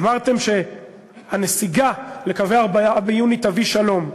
אמרתם שהנסיגה לקווי 4 ביוני תביא שלום.